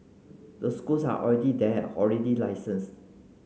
the schools are already there already licensed